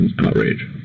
outrage